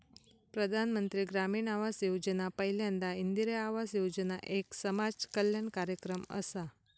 प्रधानमंत्री ग्रामीण आवास योजना पयल्यांदा इंदिरा आवास योजना एक समाज कल्याण कार्यक्रम असा